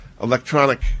electronic